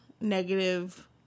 negative